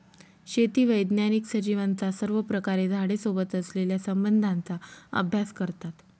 शेती वैज्ञानिक सजीवांचा सर्वप्रकारे झाडे सोबत असलेल्या संबंधाचा अभ्यास करतात